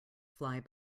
fly